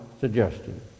suggestion